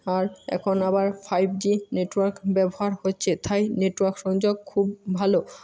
আর এখন আবার five G network ব্যবহার হচ্ছে তাই নেটওয়ার্ক সংযোগ খুব ভালো